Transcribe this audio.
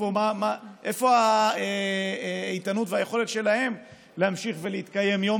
איפה האיתנות והיכולת שלהן להמשיך ולהתקיים ביום